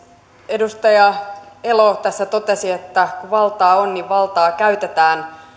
edustaja elo tässä totesi että kun valtaa on niin valtaa käytetään